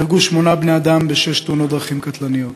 נהרגו שמונה בני-אדם בשש תאונות דרכים קטלניות.